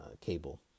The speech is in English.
cable